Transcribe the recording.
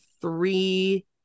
three